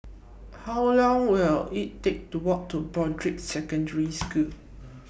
How Long Will IT Take to Walk to Broadrick Secondary School